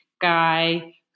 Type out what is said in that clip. guy